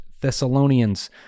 Thessalonians